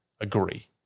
agree